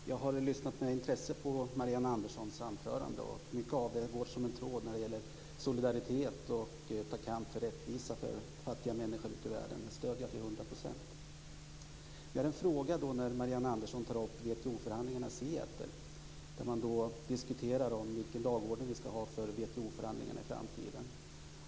Fru talman! Jag har lyssnat med intresse på Marianne Anderssons anförande. Solidaritet och kamp för rättvisa för fattiga människor ute i världen går som en röd tråd genom det. Det stöder jag till hundra procent. Jag har en fråga. Marianne Andersson tar upp WTO-förhandlingarna i Seattle. Man diskuterade vilken dagordning vi ska ha för WTO förhandlingarna i framtiden.